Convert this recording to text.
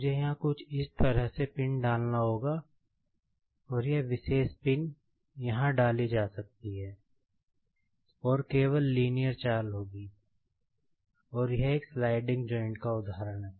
मुझे यहाँ कुछ इस तरह से पिन डालना होगा और यह विशेष पिन यहाँ डाली जा सकती है और केवल लीनियर चाल होगी और यह एक स्लाइडिंग जॉइंट् का उदाहरण है